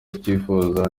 twifuza